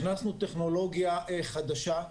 הכנסנו טכנולוגיה חדשה.